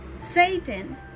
Satan